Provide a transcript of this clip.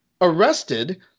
arrested